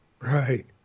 Right